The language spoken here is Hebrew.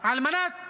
על מנת